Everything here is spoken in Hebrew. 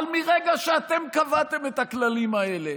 אבל מרגע שאתם קבעתם את הכללים האלה,